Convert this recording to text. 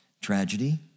tragedy